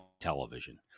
television